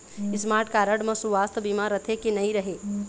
Smart card म सुवास्थ बीमा रथे की नई रहे?